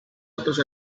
otros